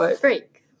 Break